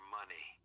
money